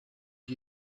you